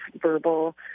verbal